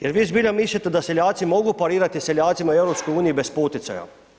Jel vi zbilja mislite da seljaci mogu parirati seljacima u EU, bez poticaja?